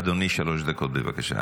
אדוני, שלוש דקות, בבקשה.